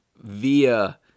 via